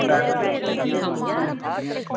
पैसे